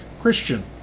Christian